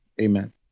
Amen